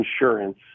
insurance